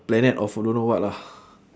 planet of don't know what lah